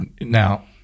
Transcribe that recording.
Now